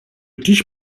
teach